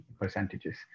percentages